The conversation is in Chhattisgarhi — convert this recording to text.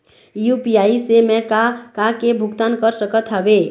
यू.पी.आई से मैं का का के भुगतान कर सकत हावे?